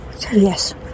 Yes